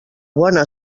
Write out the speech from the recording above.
bona